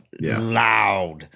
loud